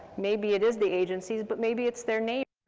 maybe it is the agencies, but maybe it's their neighbor.